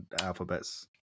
alphabets